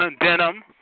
Denim